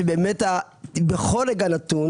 שבאמת בכל רגע נתון